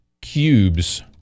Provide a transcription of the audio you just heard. cubes